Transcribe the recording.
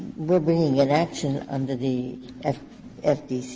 we're bringing an action under the and